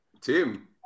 Tim